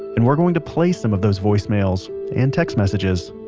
and we're going to play some of those voicemails and text messages,